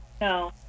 No